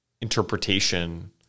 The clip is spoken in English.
interpretation